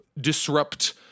disrupt